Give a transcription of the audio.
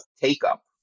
take-up